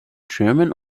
german